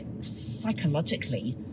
psychologically